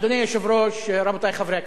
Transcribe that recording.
אדוני היושב-ראש, רבותי חברי הכנסת,